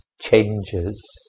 changes